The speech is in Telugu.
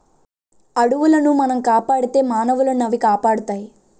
అడవులను మనం కాపాడితే మానవులనవి కాపాడుతాయి